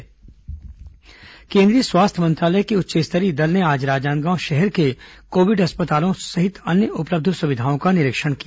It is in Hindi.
केन्द्रीय दल दौरा केंद्रीय स्वास्थ्य मंत्रालय के उच्च स्तरीय दल ने आज राजनांदगांव शहर के कोविड अस्पतालों सहित अन्य उपलब्ध सुविधाओं का निरीक्षण किया